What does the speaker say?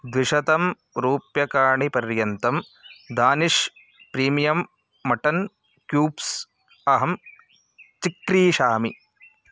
द्विशतं रूप्यकाणि पर्यन्तं दानिष् प्रीमियं मटन् क्यूब्स् अहं चिक्रीषामि